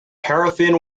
paraffin